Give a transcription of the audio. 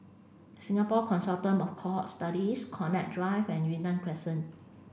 Singapore Consortium of Cohort Studies Connaught Drive and Yunnan Crescent